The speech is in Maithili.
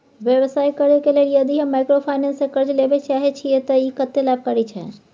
व्यवसाय करे के लेल यदि हम माइक्रोफाइनेंस स कर्ज लेबे चाहे छिये त इ कत्ते लाभकारी छै?